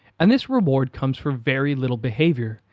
and this reward comes for very little behavior.